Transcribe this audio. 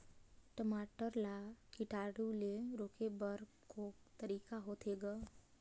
टमाटर ला कीटाणु ले रोके बर को तरीका होथे ग?